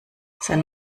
sein